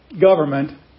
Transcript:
government